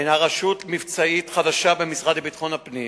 הינה רשות מבצעית חדשה במשרד לביטחון הפנים,